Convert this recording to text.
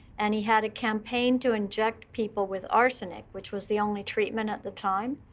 and he had a campaign to inject people with arsenic, which was the only treatment at the time.